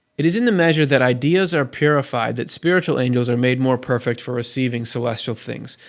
it is in the measure that ideas are purified that spiritual angels are made more perfect for receiving celestial things.